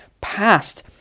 past